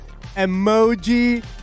emoji